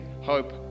Hope